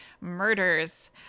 Murders